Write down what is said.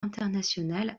international